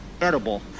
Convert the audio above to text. edible